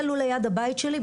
זה לול ליד הבית שלי,